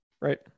Right